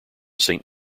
saint